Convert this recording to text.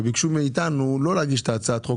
וביקשו מאיתנו לא להגיש את הצעת החוק,